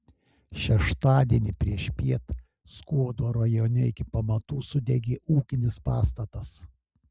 šeštadienį priešpiet skuodo rajone iki pamatų sudegė ūkinis pastatas